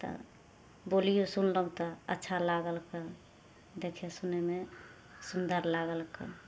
तऽ बोलियो सुनलहुँ तऽ अच्छा लागल कऽ देखय सुनयमे सुन्दर लागल कऽ